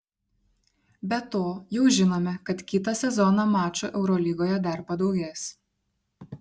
be to jau žinome kad kitą sezoną mačų eurolygoje dar padaugės